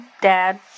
dad